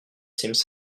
seems